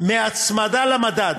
מהצמדה למדד